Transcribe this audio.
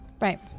Right